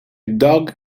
dog